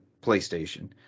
PlayStation